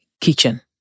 kitchen